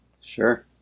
Sure